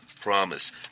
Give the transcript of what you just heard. promise